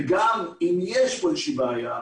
וגם אם יש פה בעיה,